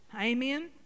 Amen